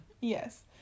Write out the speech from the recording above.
Yes